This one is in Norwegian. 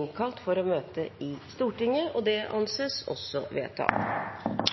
innkalles for å møte i Stortinget. Anne Odenmarck og